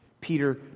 Peter